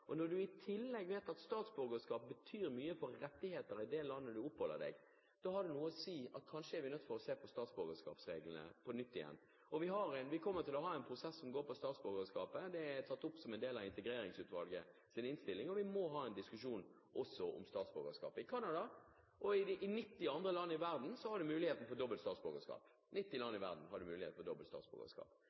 Når du i tillegg vet at statsborgerskap betyr mye for rettighetene i det landet du oppholder deg, har det noe å si – kanskje er vi nødt til å se på statsborgerskapsreglene på nytt. Vi kommer til å ha en prosess som går på statsborgerskap. Det er tatt opp som en del av Integreringsutvalgets innstilling, og vi må ha en diskusjon også om statsborgerskap. I Canada og i 90 andre land i verden er det mulig å ha dobbelt statsborgerskap. Det har du i alle de vestlige innvandringslandene av betydning, og som har erfaringer med dette. EU-kommisjonen har selv sagt at statsborgerskap